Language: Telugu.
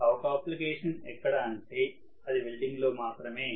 ఆ ఒక్క అప్లికేషన్ ఎక్కడ అంటే అది వెల్డింగ్ లోమాత్రమే